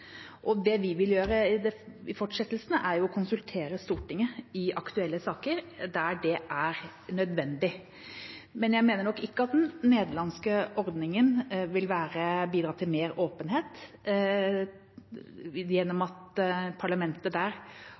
taushetsplikt. Det vi vil gjøre i fortsettelsen, er å konsultere Stortinget i aktuelle saker der det er nødvendig. Men jeg mener nok ikke at den nederlandske ordningen vil bidra til mer åpenhet, gjennom at parlamentet der